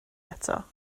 eto